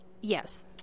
Yes